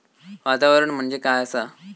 वातावरण म्हणजे काय असा?